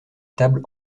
table